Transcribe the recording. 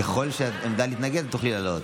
ככל שהעמדה להתנגד, תוכלי לעלות.